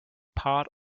part